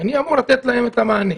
ואני אמור לתת להם את המענה.